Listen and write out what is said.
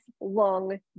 long